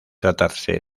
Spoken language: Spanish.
tratarse